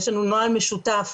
יש לנו נוהל משותף,